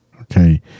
okay